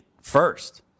first